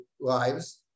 lives